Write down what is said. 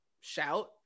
shout